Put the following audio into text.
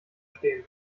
stehen